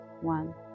one